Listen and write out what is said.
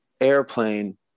airplane